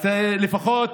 אז לפחות